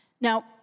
Now